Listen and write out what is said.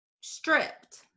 stripped